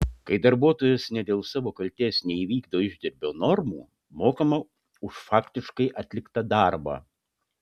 kai darbuotojas ne dėl savo kaltės neįvykdo išdirbio normų mokama už faktiškai atliktą darbą